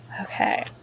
Okay